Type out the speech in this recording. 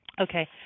Okay